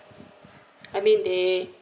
I mean they